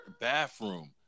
bathroom